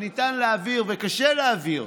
וקשה להעביר